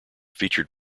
featured